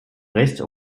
rechts